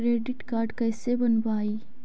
Credit card कैसे बनवाई?